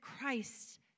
Christ